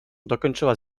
dokończyła